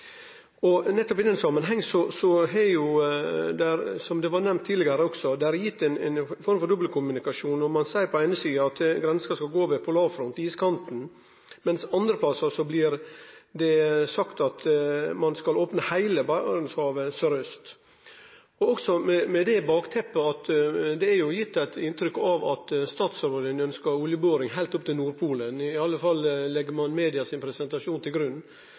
strøk. Nettopp i den samanhengen har det, som det blei nemnt tidlegare også, vore ei form for dobbeltkommunikasjon når ein seier på den eine sida at grensa skal gå ved polarfronten og iskanten, mens det andre plassar blir sagt at ein skal opne heile Barentshavet søraust. Også med det bakteppet at det er gitt eit inntrykk av at statsråden ønskjer oljeboring heilt opp til Nordpolen – legg ein media sin presentasjon til grunn,